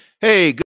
Hey